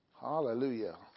Hallelujah